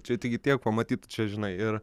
čia taigi tiek pamatyt tu čia žinai ir